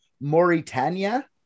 Mauritania